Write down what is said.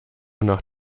nach